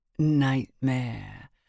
Nightmare